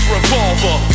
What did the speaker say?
Revolver